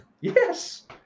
Yes